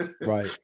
Right